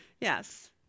Yes